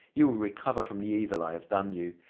you will recover from the evil i have done you,